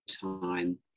time